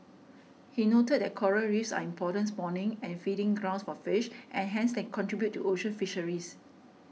he noted that coral Reefs are important spawning and feeding grounds for fish and hence they contribute to ocean fisheries